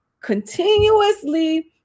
continuously